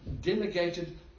delegated